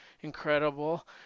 incredible